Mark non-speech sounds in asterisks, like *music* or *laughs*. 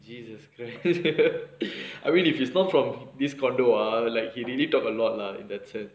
jesus christ *laughs* I mean if he's not from this condominium ah like he really talk a lot lah in that sense